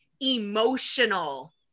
emotional